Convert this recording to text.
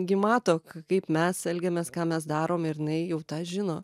gi mato kaip mes elgiamės ką mes darom ir jinai jau tą žino